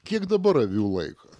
kiek dabar avių laiko